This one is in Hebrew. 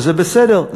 וזה בסדר,